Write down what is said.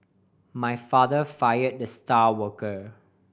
my father fire the star worker